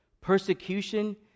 persecution